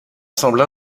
semble